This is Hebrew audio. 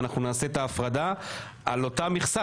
לכן נעשה את ההפרדה לפי המכסה